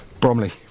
Bromley